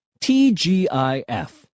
TGIF